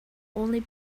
only